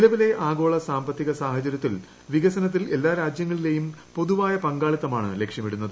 നിലവിലെ ആഗോള സാമ്പത്തിക സാഹചര്യത്തിൽ വികസനത്തിൽ എല്ലാ രാജ്യങ്ങളിലെയും പൊതുവായ പങ്കാളിത്തമാണ് ലക്ഷ്യമിടുന്നത്